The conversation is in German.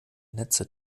netze